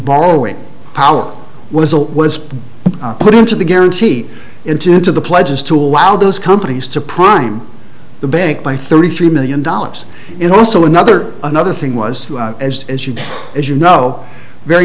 borrowing power whistle was put into the guarantee into the pledges to allow those companies to prime the bank by thirty three million dollars in also another another thing was as you as you know very